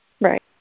Right